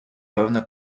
певне